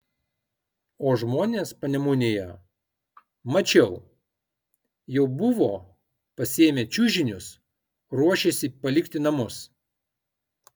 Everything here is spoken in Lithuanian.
o žmonės panemunėje mačiau jau buvo pasiėmę čiužinius ruošėsi palikti namus